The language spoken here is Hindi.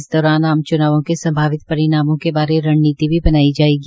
इस दौरान आम च्नावों के संभावित परिणामों के बारे रणनीति भी बनाई जायेगी